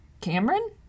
Cameron